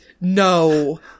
no